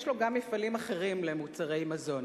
יש לו גם מפעלים אחרים למוצרי מזון.